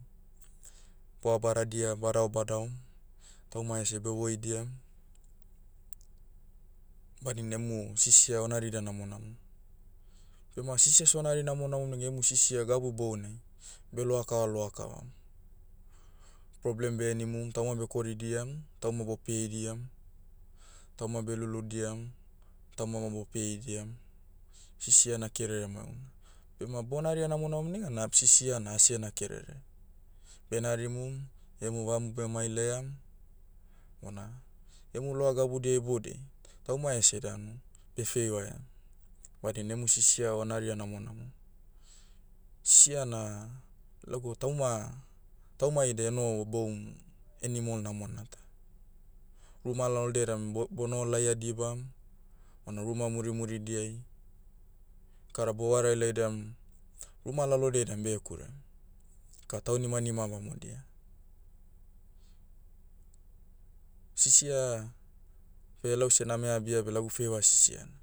Boa badadia badao badaom, tauma ese behoidiam, badina emu sisia o naridia namonamo. Bema sisia sonari namonamom nega emu sisia gabu bounai, beloa kava loa kavam. Problem behenimum tauma bekoridiam, tauma bopeidiam, tauma beluludiam, tauma ma bopeidiam. Sisia ena kerere maeuna. Bema bonaria namonam negan na sisiana asiena kerere. Benarimum, emu vam bemailaiam, bona, emu loa gabudia iboudei, tauma ese danu, beh feivaiam. Badina emu sisia onaria namonamom. Sia na, laugau tauma- tauma ida enoho boum, animal namona ta. Ruma lalodia dan bo- bonoho laia dibam, bona ruma murimuridiai. Kara bovareai laidiam, ruma lalodiai dan behekurem. Ka taunimanima bamodia. Sisia, beh lause name abia beh lagu feiva sisiana.